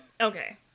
Okay